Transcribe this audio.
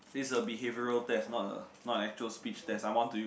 this is a behavioural test not a not an actual speech test I'm on to you